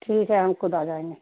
ٹھیک ہے ہم خود آ جائیں گے